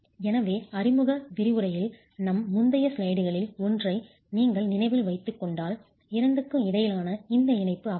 எனவே அறிமுக விரிவுரையில் நம் முந்தைய ஸ்லைடுகளில் ஒன்றை நீங்கள் நினைவில் வைத்துக் கொண்டால் 2 க்கு இடையிலான இந்த இணைப்பு அவசியம்